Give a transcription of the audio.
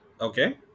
Okay